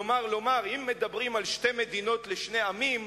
כלומר לומר שאם מדברים על שתי מדינות לשני עמים,